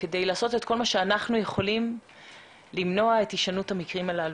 כדי לעשות את כל מה שאנחנו יכולים למנוע הישנות המקרים האלה.